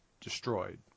destroyed